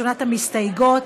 ראשונת המסתייגות,